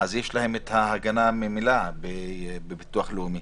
אז יש להם את ההגנה ממילא בביטוח הלאומי.